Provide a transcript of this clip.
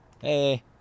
Hey